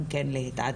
גם כן להתעדכן,